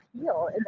heal